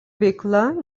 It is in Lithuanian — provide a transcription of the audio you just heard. veikla